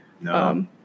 No